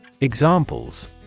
Examples